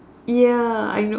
ya I know